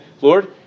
Lord